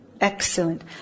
Excellent